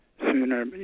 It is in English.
sooner